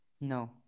No